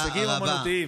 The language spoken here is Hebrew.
מיצגים אומנותיים.